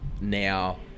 now